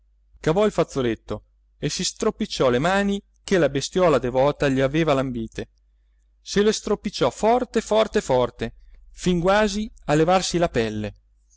cavò il fazzoletto e si stropicciò le mani che la bestiola devota gli aveva lambite se le stropicciò forte forte forte fin quasi a levarsi la pelle